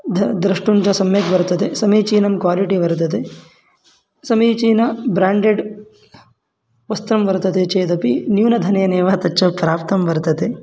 ध द्रष्टुं च सम्यक् वर्तते समीचीनं क्वालिटि वर्तते समीचीनं ब्राण्डेड् वस्त्रं वर्तते चेदपि न्यूनधनेनेव तच्च प्राप्तं वर्तते